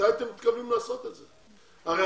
מתי